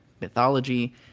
mythology